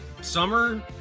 Summer